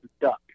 duck